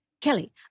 Kelly